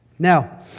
Now